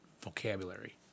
vocabulary